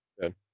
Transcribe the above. Good